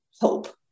hope